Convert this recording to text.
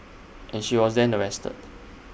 and she was then arrested